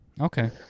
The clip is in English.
Okay